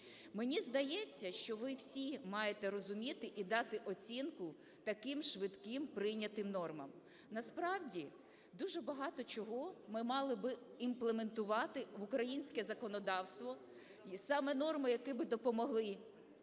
Мені здається, що ви всі маєте розуміти і дати оцінку таким швидким прийнятим нормам. Насправді, дуже багато чого ми мали би імплементувати в українське законодавство, саме норми, які би допомогли